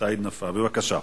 סעיד נפאע, בבקשה.